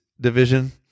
division